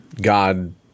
God